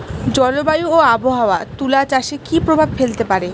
জলবায়ু ও আবহাওয়া তুলা চাষে কি প্রভাব ফেলতে পারে?